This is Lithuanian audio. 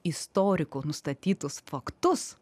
istorikų nustatytus faktus